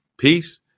Peace